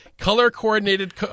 Color-coordinated